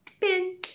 Pin